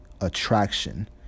attraction